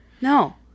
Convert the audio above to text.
No